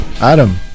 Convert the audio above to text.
Adam